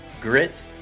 grit